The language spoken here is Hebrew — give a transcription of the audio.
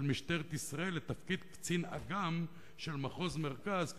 של משטרת ישראל לתפקיד קצין אג"מ של מחוז המרכז,